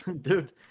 Dude